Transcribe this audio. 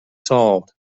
solved